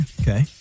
Okay